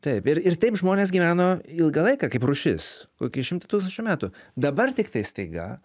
taip ir ir taip žmonės gyveno ilgą laiką kaip rūšis kokį šimtą tūkstančių metų dabar tiktai staiga